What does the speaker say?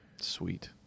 Sweet